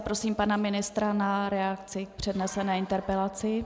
Prosím pana ministra o reakci na přednesenou interpelaci.